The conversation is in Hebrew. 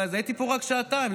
הייתי פה רק שעתיים,